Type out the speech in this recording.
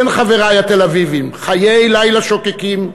כן, חברי התל-אביבים, חיי לילה שוקקים,